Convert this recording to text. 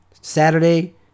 Saturday